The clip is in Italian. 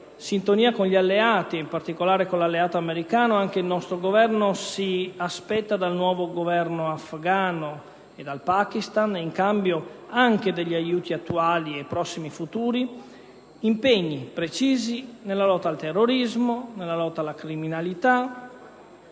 sintonia con gli alleati, e in particolare con quello americano, anche il nostro Governo si aspetta dal nuovo Governo afgano e dal Pakistan, anche in cambio degli aiuti attuali e prossimi futuri, impegni precisi nella lotta al terrorismo e alla criminalità,